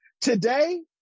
Today